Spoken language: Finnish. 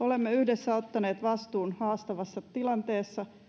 olemme yhdessä ottaneet vastuun haastavassa tilanteessa